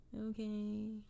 okay